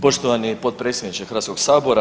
Poštovani potpredsjedniče Hrvatskoga sabora.